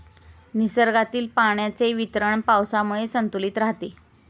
निसर्गातील पाण्याचे वितरण पावसामुळे संतुलित राहते